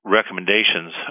recommendations